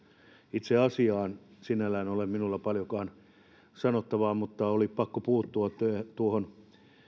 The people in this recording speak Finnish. itse asiaan sinällään ei ole minulla paljonkaan sanottavaa mutta oli pakko puuttua tuohon